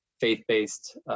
faith-based